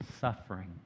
suffering